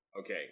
Okay